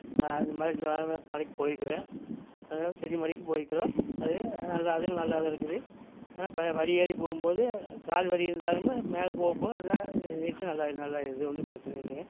அது மாதிரி நானும் மலைக்கு போயிருக்குறேன் அதுவும் சென்னிமலைக்கு போயிருக்குறோம் அது நல்லா அதுவும் நல்லா தான் இருக்குது ஆனால் ப படியேறி போகும்போது கால்வலி இருந்தாலும் மேலே போகப் போக அதான் நீட்டி நல்லா நல்லாகிடுது ஒன்றும் பிரச்சனை இல்லைங்க